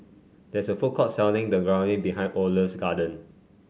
there is a food court selling Dangojiru behind Oliver's garden